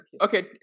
okay